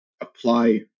apply